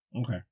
Okay